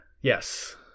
yes